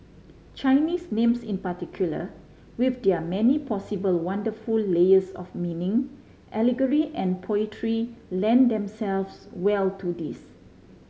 Chinese names in particular with their many possible wonderful layers of meaning allegory and poetry lend themselves well to this